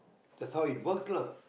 that's how it works lah